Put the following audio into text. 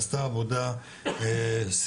עשתה עבודה סיזיפית,